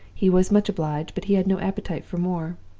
he was much obliged, but he had no appetite for more.